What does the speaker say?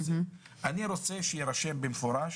אני רוצה שיירשם במפורש